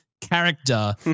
character